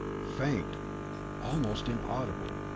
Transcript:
faint almost inaudible